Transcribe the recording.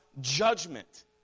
judgment